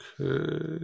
Okay